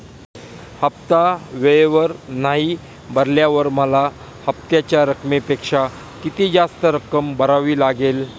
हफ्ता वेळेवर नाही भरल्यावर मला हप्त्याच्या रकमेपेक्षा किती जास्त रक्कम भरावी लागेल?